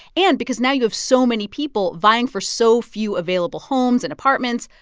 and because now you have so many people vying for so few available homes and apartments,